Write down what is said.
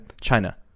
China